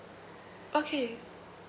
okay